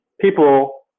people